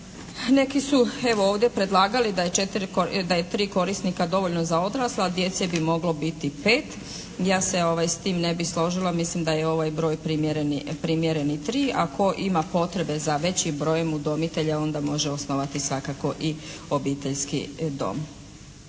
Neki su evo ovdje predlagali da je tri korisnika dovoljno za odrasle, a djece bi moglo biti pet. Ja se s tim ne bih složila. Mislim da je ovaj broj primjereniji tri, a tko ima potrebe za većim brojem udomitelja onda može osnovati svakako i obiteljski dom.